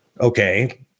okay